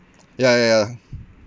ya ya ya